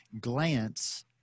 glance